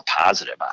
positive